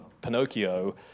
Pinocchio